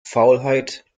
faulheit